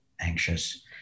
anxious